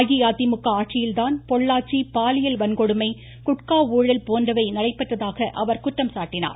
அஇஅதிமுக ஆட்சியில்தான் பொள்ளாச்சி பாலியல் வன்கொடுமை குட்கா ஊழல் போன்றவை நடைபெற்றதாக அவர் குற்றம் சாட்டினார்